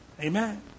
Amen